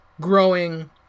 growing